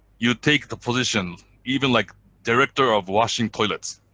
you take the position. even like director of washing toilets,